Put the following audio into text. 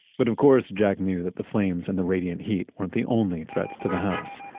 but of course jack knew that the flames and the radiant heat weren't the only threats to the house.